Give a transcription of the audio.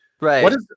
Right